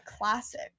classic